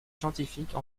scientifiques